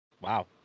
Wow